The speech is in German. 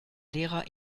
lehrer